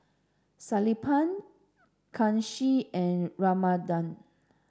Sellapan Kanshi and Ramanand